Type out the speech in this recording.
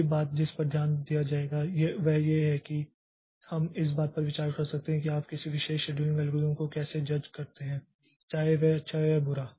अगली बात जिस पर ध्यान दिया जाएगा वह यह है कि हम इस बात पर विचार कर सकते हैं कि आप किसी विशेष शेड्यूलिंग एल्गोरिथ्म को कैसे जज करते हैं चाहे वह अच्छा हो या बुरा